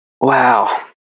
Wow